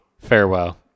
farewell